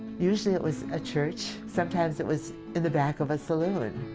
usually it was a church, sometimes it was in the back of a saloon.